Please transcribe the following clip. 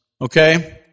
Okay